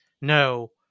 no